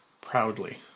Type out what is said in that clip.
Proudly